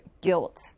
guilt